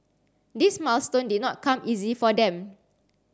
this milestone did not come easy for them